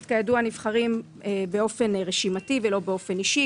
כידוע נבחרים באופן רשימתי ולא באופן אישי.